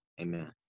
amen